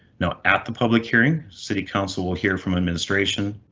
now at the public hearing, city council will hear from administration.